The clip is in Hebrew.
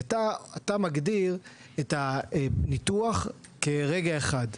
כי אתה מגדיר את הניתוח כרגע אחד,